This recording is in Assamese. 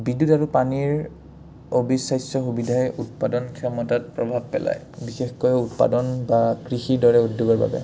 বিদ্যুৎ আৰু পানীৰ অবিশ্বাস সুবিধাই উৎপাদন ক্ষমতাত প্ৰভাৱ পেলায় বিশেষকৈ উৎপাদন বা কৃষি দৰে উদ্যোগৰ বাবে